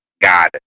God